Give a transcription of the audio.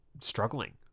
struggling